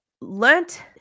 learned